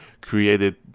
created